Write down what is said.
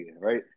right